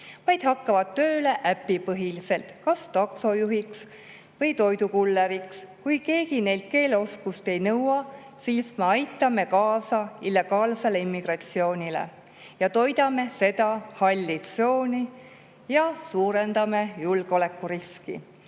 vaid hakkavad tööle äpipõhiselt kas taksojuhina või toidukullerina. Kui keegi neilt keeleoskust ei nõua, siis me aitame kaasa illegaalsele immigratsioonile, toidame seda halli tsooni ja suurendame julgeolekuriski.